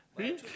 really